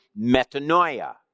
metanoia